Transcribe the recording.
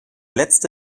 letzte